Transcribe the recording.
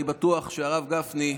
אני בטוח שהרב גפני,